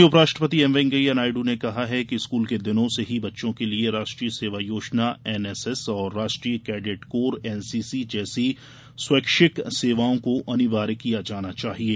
वहीं उपराष्ट्रपति एम वैंकैया नायड् ने कहा है कि स्कूल के दिनों से ही बच्चों के लिए राष्ट्रीय सेवा योजना एनएसएस और राष्ट्रीय कैडेट कोर एनसीसी जैसी स्वैच्छिक सेवाओं को अनिवार्य किया जाना चाहिये